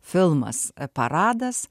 filmas paradas